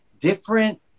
different